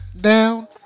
down